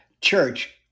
church